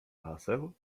haseł